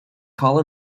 call